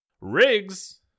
Riggs